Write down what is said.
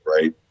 right